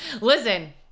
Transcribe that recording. Listen